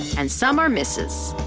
and some are misses.